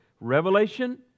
Revelation